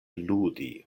ludi